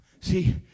See